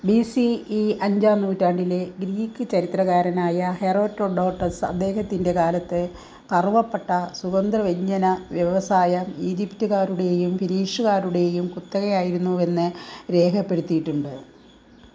B C ഈ അഞ്ചാം നൂറ്റാണ്ടിലെ ഗ്രീക്ക് ചരിത്രകാരനായ ഹെറോറ്റോഡോട്ടസ് അദ്ദേഹത്തിന്റെ കാലത്ത് കറുവപ്പട്ട സുഗന്ധവ്യഞ്ജന വ്യവസായം ഈജിപ്തുറ്റുകാരുടേയും ഫിനീഷുകാരുടേയും കുത്തകയായിരുന്നൂവെന്ന് രേഖപ്പെടുത്തിയിട്ടുണ്ട്